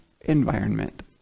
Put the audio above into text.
environment